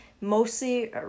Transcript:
mostly